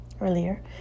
earlier